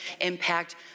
impact